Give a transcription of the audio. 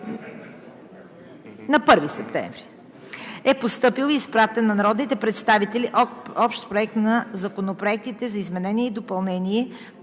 На 1 септември 2020 г. е постъпил и изпратен на народните представители Общ проект на законопроектите за изменение и допълнение